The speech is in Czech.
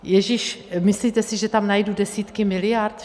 Ježiš, myslíte si, že tam najdu desítky miliard?